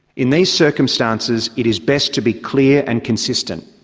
in these circumstances, it is best to be clear and consistent.